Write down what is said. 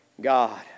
God